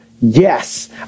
yes